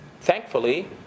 thankfully